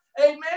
amen